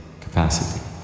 capacity